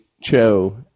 Cho